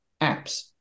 apps